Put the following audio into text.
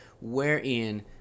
wherein